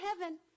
heaven